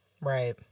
Right